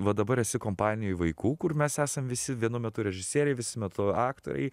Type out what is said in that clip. va dabar esi kompanijoj vaikų kur mes esam visi vienu metu režisieriai visi metu aktoriai